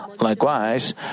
Likewise